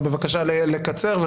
אבל בבקשה לקצר.